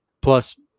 plus